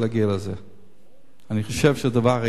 אני חושב שהדבר שהיא תבקש זה דבר רגיש.